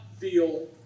feel